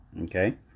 Okay